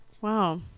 Wow